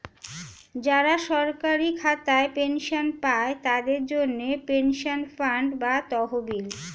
যারা সরকারি খাতায় পেনশন পায়, তাদের জন্যে পেনশন ফান্ড বা তহবিল